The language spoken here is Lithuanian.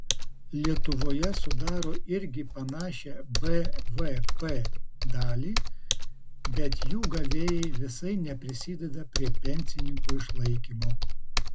lietuvoje sudaro irgi panašią bvp dalį bet jų gavėjai visai neprisideda prie pensininkų išlaikymo